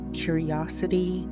curiosity